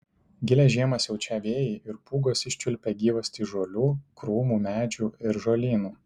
gilią žiemą siaučią vėjai ir pūgos iščiulpia gyvastį iš žolių krūmų medžių ir žolynų